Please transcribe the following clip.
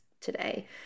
today